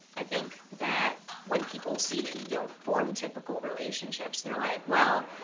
i think that when people see that you don't form typical relationships, they're like, well,